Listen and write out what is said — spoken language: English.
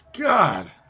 God